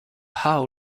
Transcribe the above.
how